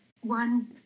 one